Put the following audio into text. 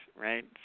right